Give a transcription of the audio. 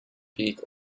beak